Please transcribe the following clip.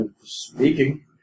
speaking